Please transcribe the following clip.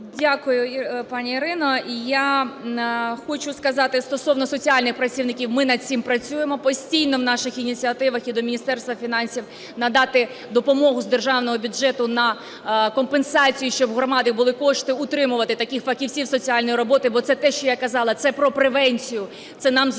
Дякую, пані Ірино. Я хочу сказати стосовно соціальних працівників, ми над цим працюємо. Постійно в наших ініціативах є до Міністерства фінансів надати допомогу з державного бюджету на компенсацію, щоб у громади були кошти утримувати таких фахівців соціальної роботи, бо це те, що я казала, це про превенцію, це нам зекономить